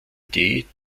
idee